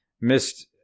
Missed